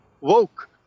woke